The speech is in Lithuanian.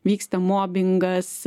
vyksta mobingas